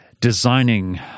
designing